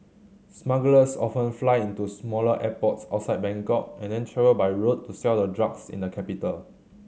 smugglers often fly into smaller airports outside Bangkok and then travel by road to sell the drugs in the capital